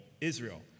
Israel